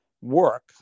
work